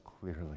clearly